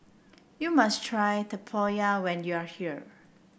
you must try Tempoyak when you are here